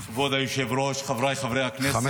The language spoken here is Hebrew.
כבוד היושב-ראש, חבריי חברי הכנסת,